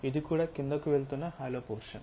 ఇది కూడా క్రిందకి వెళుతున్న హాలో పోర్షన్